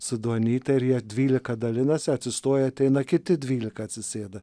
su duonyte ir jie dvylika dalinasi atsistoja ateina kiti dvylika atsisėda